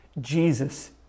Jesus